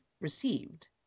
received